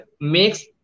makes